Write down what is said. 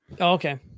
Okay